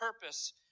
purpose